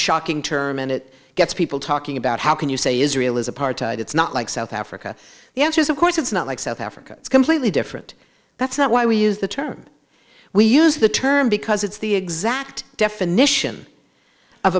shocking term and it gets people talking about how can you say israel is apartheid it's not like south africa the answer is of course it's not like south africa it's completely different that's not why we use the term we use the term because it's the exact definition of